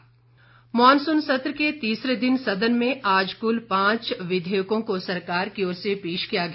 विधेयक मॉनसुन सत्र के तीसरे दिन सदन में आज कुल पांच विधेयकों को सरकार की ओर से पेश किया गया